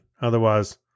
Otherwise